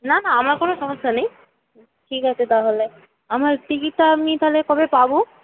না না আমার কোনো সমস্যা নেই ঠিক আছে তাহলে আমার টিকিটটা আপনি তাহলে কবে পাবো